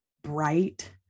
bright